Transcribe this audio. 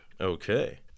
Okay